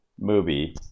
movie